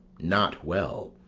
not well